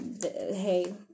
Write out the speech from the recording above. hey